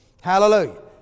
Hallelujah